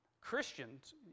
Christians